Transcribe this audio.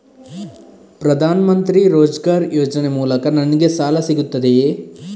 ಪ್ರದಾನ್ ಮಂತ್ರಿ ರೋಜ್ಗರ್ ಯೋಜನೆ ಮೂಲಕ ನನ್ಗೆ ಸಾಲ ಸಿಗುತ್ತದೆಯೇ?